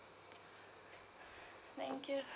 thank you